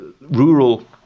rural